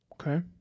okay